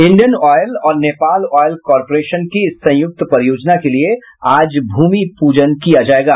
Indian Oil और Nepal Oil Corporation की इस संयुक्त परियोजना के लिये आज भूमि पूजन किया जायेगा